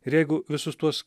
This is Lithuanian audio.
ir jeigu visus tuos